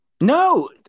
No